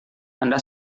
anda